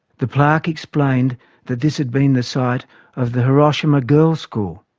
the plaque explained that this had been the site of the hiroshima girls school.